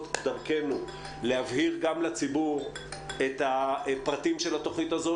דרכנו להבהיר גם לציבור פרטים של התכנית הזאת